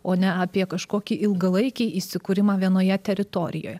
o ne apie kažkokį ilgalaikį įsikūrimą vienoje teritorijoje